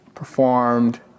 Performed